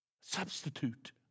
Substitute